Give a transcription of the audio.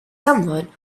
someone